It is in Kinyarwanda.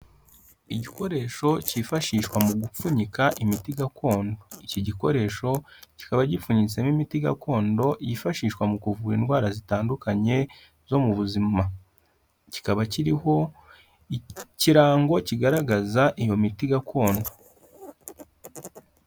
Igikoresho cyifashishwa mu gupfunyika imiti gakondo, iki gikoresho kikaba gipfunyitsemo imiti gakondo yifashishwa mu kuvura indwara zitandukanye zo mu buzima, kikaba kiriho ikirango kigaragaza iyo miti gakondo.